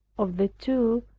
of the two,